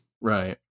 Right